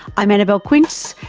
i'm annabelle quince,